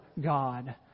God